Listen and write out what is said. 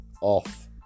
off